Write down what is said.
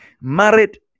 Married